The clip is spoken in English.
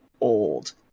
old